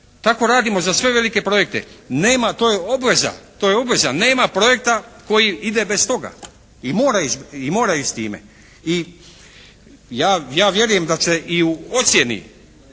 Tako radimo za sve velike projekte. To je obveza. Nema projekta koji ide bez toga, i mora ići s time. I ja vjerujem da će i u ocjeni